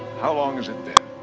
how long has it been?